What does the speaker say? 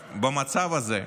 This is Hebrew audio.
במצב הזה,